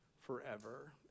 forever